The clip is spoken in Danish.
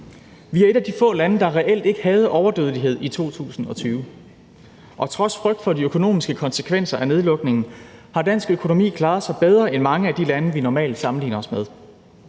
Vi er et af de få lande, der reelt ikke havde overdødelighed i 2020, og trods frygt for de økonomiske konsekvenser af nedlukningen har dansk økonomi klaret sig bedre end mange af de lande, vi normalt sammenligner os med.